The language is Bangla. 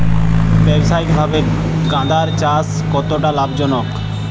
ব্যবসায়িকভাবে গাঁদার চাষ কতটা লাভজনক?